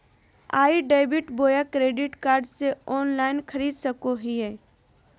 ई debit बोया credit card से online खरीद सको हिए?